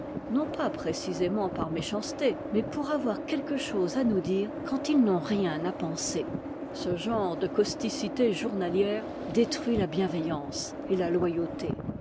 non pas précisément par méchanceté mais pour avoir quelque chose à nous dire quand ils n'ont rien à penser ce genre de causticité journalière détruit la bienveillance et la loyauté